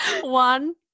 one